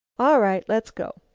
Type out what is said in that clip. all right, let's go.